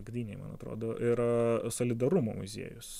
gdynėj man atrodo yra solidarumo muziejus